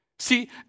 See